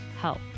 help